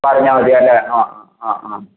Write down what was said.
പറഞ്ഞാൽ മതിയല്ലേ ആ ആ